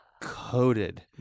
coated